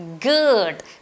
good